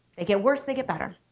they get worse, they get better,